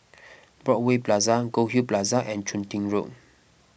Broadway Plaza Goldhill Plaza and Chun Tin Road